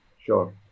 Sure